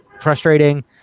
frustrating